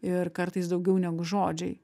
ir kartais daugiau negu žodžiai